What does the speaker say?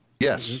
Yes